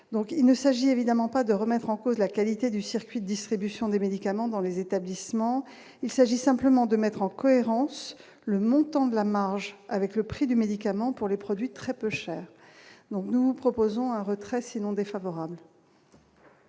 il ne s'agit évidemment pas de remettre en cause la qualité du circuit de distribution dès midi. également dans les établissements, il s'agit simplement de mettre en cohérence le montant de la marge avec le prix du médicament pour les produits très peu chers, donc, nous vous proposons un retrait sinon défavorable.